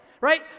right